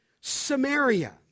Samaria